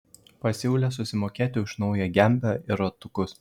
pasiūlė susimokėti už naują gembę ir ratukus